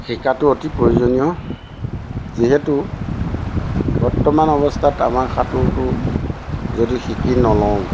শিকাটো অতি প্ৰয়োজনীয় যিহেতু বৰ্তমান অৱস্থাত আমাৰ সাঁতোৰটো যদি শিকি নলওঁ